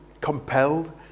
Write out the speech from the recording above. compelled